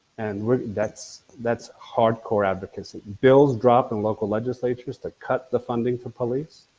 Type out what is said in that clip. and that's that's hard-core advocacy. bills drop in local legislatures to cut the funding for police,